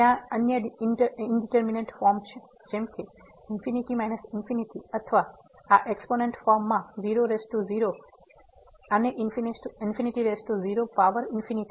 ત્યાં અન્ય indeterminate form છે જેમ કે ∞∞ અથવા આ એક્ષ્પોનેન્ટ ફોર્મ માં 00 0 પાવર ઇન્ફીનિટી